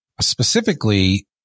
specifically